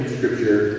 Scripture